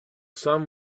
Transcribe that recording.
sun